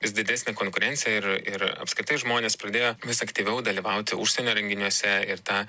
vis didesnė konkurencija ir ir apskritai žmonės pradėjo vis aktyviau dalyvauti užsienio renginiuose ir ta